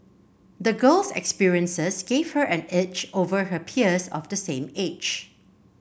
the girl's experiences gave her an edge over her peers of the same age